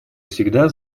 всегда